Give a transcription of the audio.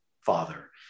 Father